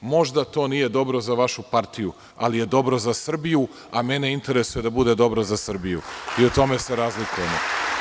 Možda to nije dobro za vašu partiju, ali je dobro za Srbiju, a mene interesuje da bude dobro za Srbiju i u tome se razlikujemo.